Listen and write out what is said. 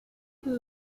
who